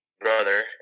brother